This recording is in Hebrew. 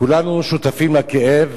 כולנו שותפים לכאב